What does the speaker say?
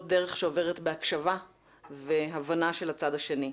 דרך שעוברת בהקשבה והבנה של הצד השני.